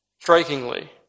Strikingly